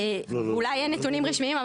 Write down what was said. אולי יהיו נתונים רשמיים,